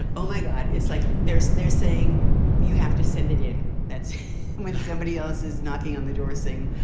ah oh, my god. it's like there's they're saying you have to send it in. that's when somebody else is knocking on the door saying,